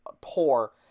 poor